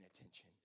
attention